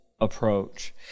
approach